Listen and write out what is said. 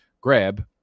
grab